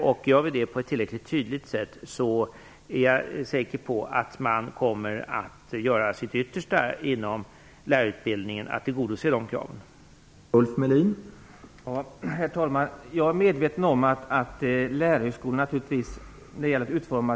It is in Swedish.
Om vi gör det på ett tillräckligt tydligt sätt är jag säker på att man kommer att göra sitt yttersta för att tillgodose de kraven inom lärarutbildningen.